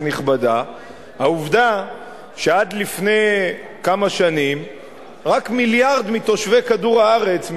העובדה שעד לפני כמה שנים רק מיליארד מתושבי כדור-הארץ,